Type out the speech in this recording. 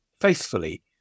faithfully